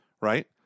right